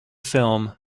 film